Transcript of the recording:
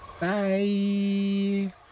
Bye